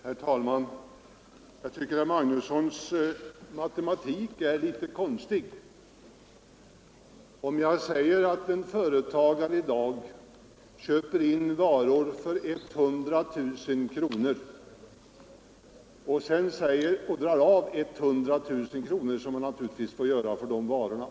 Herr talman! Jag tycker att herr Magnussons i Borås matematik är litet konstig. Säg t.ex. att en företagare i dag köper in varor för 100 000 kronor och drar av denna summa, som han naturligtvis får göra, i inkomstdeklarationen.